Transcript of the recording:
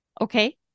okay